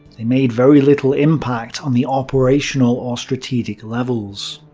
they made very little impact on the operational or strategic levels.